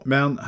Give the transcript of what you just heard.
Men